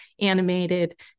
animated